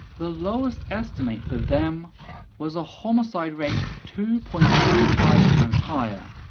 the lowest estimate for them was a homicide rate two point three five times higher,